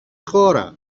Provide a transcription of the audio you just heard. χώρα